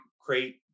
create